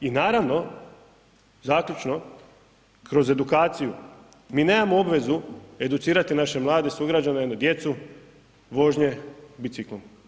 I naravno, zaključno, kroz edukaciju, mi nemamo obvezu educirati naše mlade sugrađane ili djecu vožnje biciklom.